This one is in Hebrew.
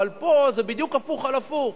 אבל פה זה בדיוק הפוך על הפוך.